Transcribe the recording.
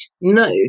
No